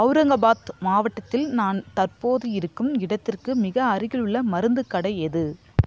அவுரங்காபாத் மாவட்டத்தில் நான் தற்போது இருக்கும் இடத்திற்கு மிக அருகிலுள்ள மருந்துக் கடை எது